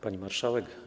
Pani Marszałek!